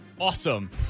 awesome